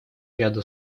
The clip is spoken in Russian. ряду